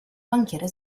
banchiere